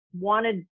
wanted